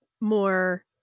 more